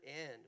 end